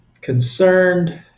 concerned